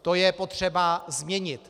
To je potřeba změnit.